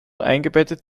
eingebettet